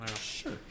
sure